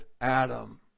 Adam